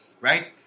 Right